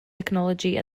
technology